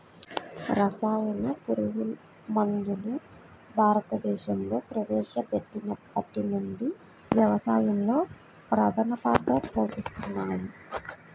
రసాయన పురుగుమందులు భారతదేశంలో ప్రవేశపెట్టినప్పటి నుండి వ్యవసాయంలో ప్రధాన పాత్ర పోషిస్తున్నాయి